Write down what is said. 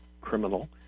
criminal